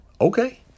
Okay